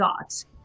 thoughts